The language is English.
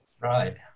Right